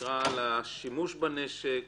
לשימוש בנשק,